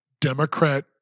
Democrat